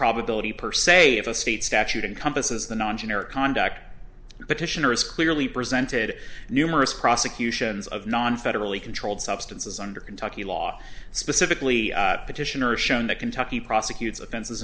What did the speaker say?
probability per se of a state statute encompasses the non generic conduct petitioner is clearly presented numerous prosecutions of non federally controlled substances under kentucky law specifically petitioner shown that kentucky prosecutes offenses